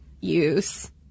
use